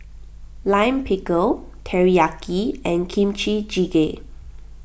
Lime Pickle Teriyaki and Kimchi Jjigae